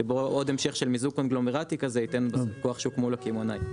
שבו עוד המשך של מיזוג קונגלומרטי כזה ייתן כוח שוק מול הקמעונאי.